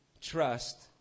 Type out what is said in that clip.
trust